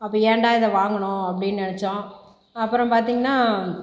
அப்போ ஏன்டா இதை வாங்கினோம் அப்படினு நினைச்சோம் அப்புறம் பார்த்திங்கன்னா